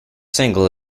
single